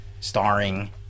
starring